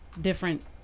different